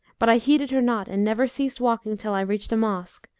but i heeded her not and never ceased walking till i reached a mosque,